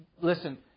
listen